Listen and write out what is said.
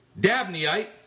Dabneyite